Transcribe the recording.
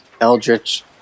eldritch